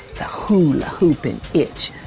the hula-hoopin' itch.